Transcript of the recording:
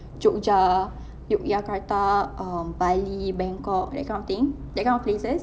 jogja~ yogyakarta um bali bangkok that kind of thing that kind of places